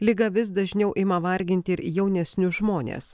liga vis dažniau ima varginti ir jaunesnius žmones